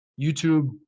YouTube